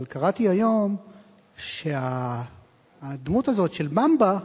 אבל קראתי היום שהדמות הזאת של "במבה"